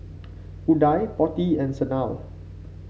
Udai Potti and Sanal